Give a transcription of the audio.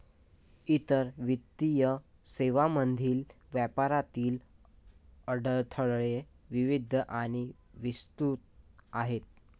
इतर वित्तीय सेवांमधील व्यापारातील अडथळे विविध आणि विस्तृत आहेत